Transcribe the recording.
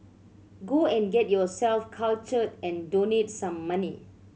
go and get yourself cultured and donate some money